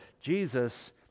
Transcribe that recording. Jesus